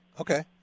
Okay